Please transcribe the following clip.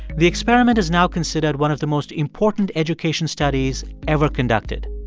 the experiment is now considered one of the most important education studies ever conducted.